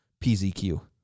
PZQ